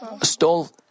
Stole